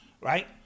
Right